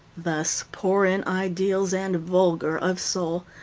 thus, poor in ideals and vulgar of soul,